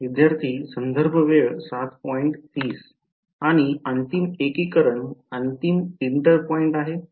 विद्यार्थी आणि अंतिम एकीकरण अंतिम इंटर पॉइंट आहे